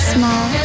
small